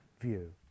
view